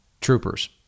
troopers